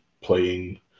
playing